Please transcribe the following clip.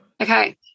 Okay